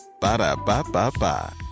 Ba-da-ba-ba-ba